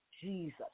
Jesus